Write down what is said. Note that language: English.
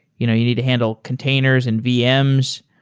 you know you need to handle containers and vm's.